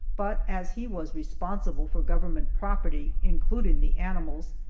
but as he was responsible for government property, including the animals,